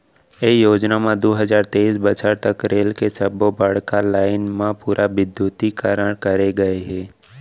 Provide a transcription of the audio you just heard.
ये योजना म दू हजार तेइस बछर तक रेल के सब्बो बड़का लाईन म पूरा बिद्युतीकरन करे गय हे